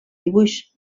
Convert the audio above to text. dibuix